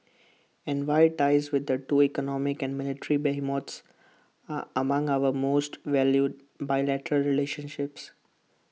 and why ties with the two economic and military behemoths are among our most valued bilateral relationships